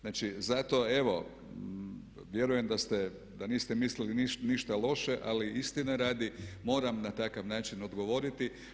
Znači, zato evo vjerujem da ste, da niste mislili ništa loše ali istine radi moram na takav način odgovoriti.